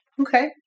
Okay